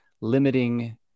limiting